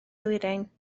ddwyrain